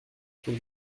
cent